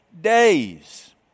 days